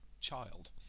child